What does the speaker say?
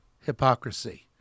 Hypocrisy